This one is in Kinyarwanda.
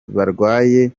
barwaye